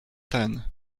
ten